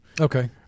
Okay